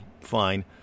fine